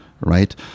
right